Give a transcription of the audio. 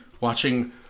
Watching